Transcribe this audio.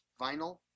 vinyl